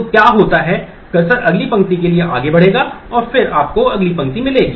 तो क्या होता है कर्सर अगली पंक्ति के लिए आगे बढ़ेगा और आपको अगली पंक्ति मिलेगी